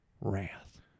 wrath